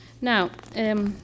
Now